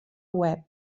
web